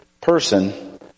person